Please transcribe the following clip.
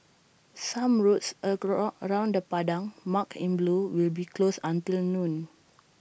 some roads around the Padang marked in blue will be closed until noon